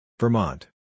Vermont